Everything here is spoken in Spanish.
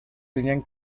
tenían